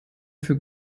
für